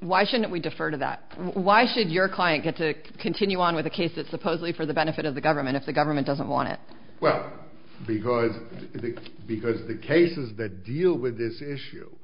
why shouldn't we defer to that why should your client get to continue on with a case that supposedly for the benefit of the government if the government doesn't want it well because because the cases that deal with this issue